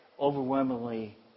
overwhelmingly